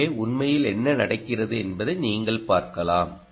எனவே உண்மையில் என்ன நடக்கிறது என்பதை நீங்கள் பார்க்கலாம்